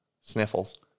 Sniffles